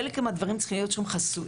חלק מהדברים צריכים להיות שם חסויים,